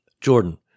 Jordan